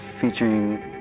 featuring